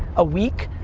a week,